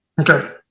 Okay